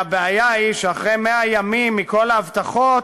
והבעיה היא שאחרי 100 ימים, מכל ההבטחות,